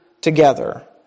together